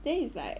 then is like